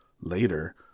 Later